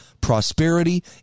prosperity